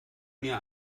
mir